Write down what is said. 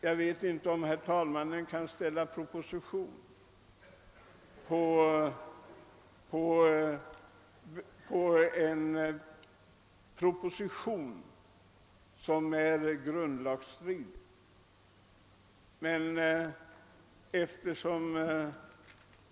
Jag vet inte om herr talmannen kan ställa proposition på ett propositions förslag som är grundlagsstridigt.